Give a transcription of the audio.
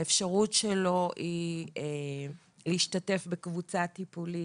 האפשרות שלו היא להשתתף בקבוצה טיפולית